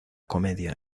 comedia